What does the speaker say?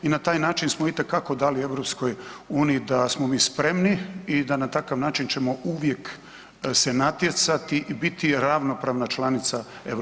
I na taj način smo itekako dali EU da smo mi spremni i da na takav način ćemo uvijek se natjecati i biti ravnopravna članica EU.